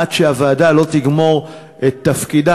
עד שהוועדה לא תגמור את תפקידה.